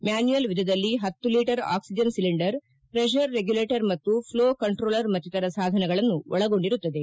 manual ವಿಧದಲ್ಲಿ ಪತ್ತು litre oxygen cylinder pressure regulator ಮತ್ತು ಫ್ಲೋ ಕಂಟೋಲರ್ ಮತ್ತಿತರ ಸಾಧನಗಳನ್ನು ಒಳಗೊಂಡಿರುತ್ತದೆ